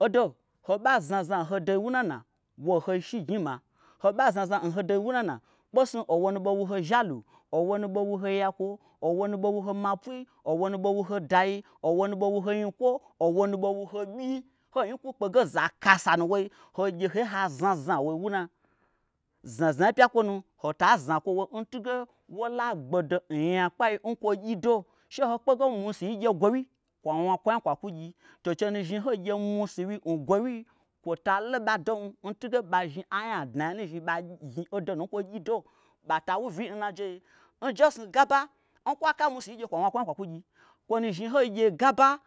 odo hoɓa znazna n ho doi wunana wohoi shignyi n mi'a. hoba znazna n ho doi. wunana kpesnu owo nu ɓei wuho zhalu owo nu ɓei wuho yakwo owonu ɓei wuho. mapui, owonu ɓei wuho dayi owonu ɓei wuho nyikwo. owonu ɓei wuho ɓyi hoin kwu kpege zakasanu nwoi hogye ge hoye ha znazna nwoi n wuna? Zna znai pya nkwonu hota znakwo ntuge wola gbedo n nyakpai nkwo gyido she hokpege mwusuwyi gye gwowyi kwa wna kwonhya kwakwu gyi, to chenu zhni hoigye mwusuwyi n gwowyi kwota loɓa dom ntunge ɓa zhni anya adnanya nu zhi odo nu nkwogyido ɓata wu vyii nna jei njesnu gaba nkwaka mwusuwyi gye kwa wna kwonya kwa kwugyi kwo nu. zhni hoigye gaba.